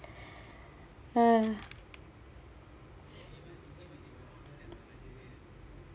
ah